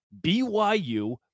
BYU